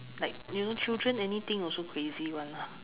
like you know children anything also crazy [one] lah